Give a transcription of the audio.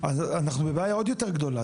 אז אנחנו בבעיה עוד יותר גדולה,